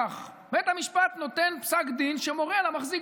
כך: בית המשפט נותן פסק דין שמורה למחזיק